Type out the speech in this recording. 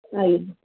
ଆଜ୍ଞା